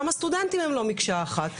גם הסטודנטים הם לא מקשה אחת.